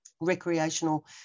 recreational